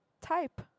type